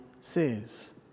says